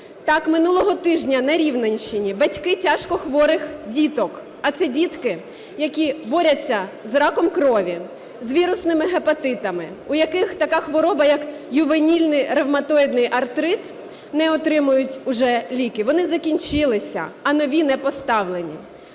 Так минулого тижня на Рівненщині батьки тяжкохворих діток, а це дітки, які борються з раком крові, з вірусними гепатитами, у яких така хвороба як ювенільний ревматоїдний артрит, не отримують уже ліки. Вони закінчилися, а нові не поставлені.